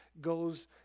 goes